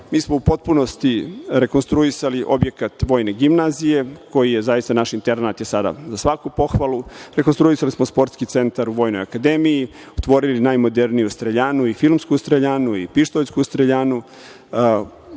mi smo u potpunosti rekonstruisali objekat Vojne gimnazije, koji je, zaista naš internat je sada za svaku pohvalu. Rekonstruisali smo Sportski centar u Vojnoj akademiji, otvorili najmoderniju streljanu i filmsku streljanu i pištoljsku streljanu.